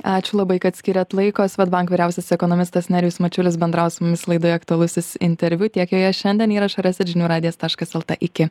ačiū labai kad skiriat laiko swedbank vyriausias ekonomistas nerijus mačiulis bendravo su mumis laidoje aktualusis interviu tiek joje šiandien įrašą rasit žinių radijas taškas lt iki